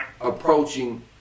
approaching